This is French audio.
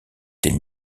des